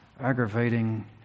aggravating